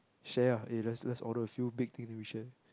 share ah let's let's order a few big thing then we share